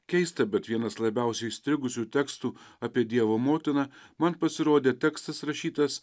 keista bet vienas labiausiai įstrigusių tekstų apie dievo motiną man pasirodė tekstas rašytas